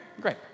great